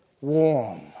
warm